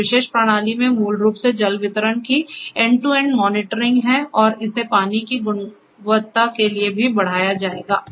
इस विशेष प्रणाली में मूल रूप से जल वितरण की एंड टू एंड मॉनिटरिंग है और इसे पानी की गुणवत्ता के लिए भी बढ़ाया जाएगा